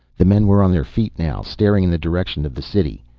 the men were on their feet now, staring in the direction of the city.